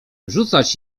rzucać